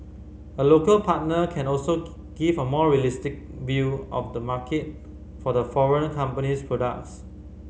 a local partner can also give a more realistic view of the market for the foreign company's products